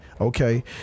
Okay